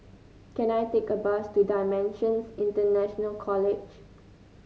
can I take a bus to Dimensions International College